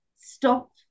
stop